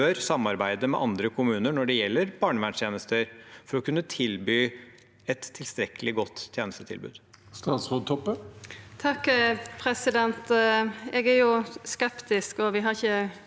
samarbeide med andre kommuner når det gjelder barnevernstjenester, for å kunne tilby et tilstrekkelig godt tjenestetilbud? Statsråd Kjersti Toppe Eg er skeptisk. Vi har ikkje